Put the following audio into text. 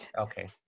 Okay